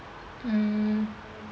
mm